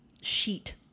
sheet